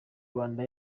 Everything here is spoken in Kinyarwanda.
rwanda